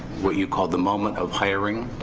what you call the moment of hiring,